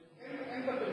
אבל שניכם נציגים